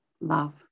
Love